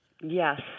Yes